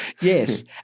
Yes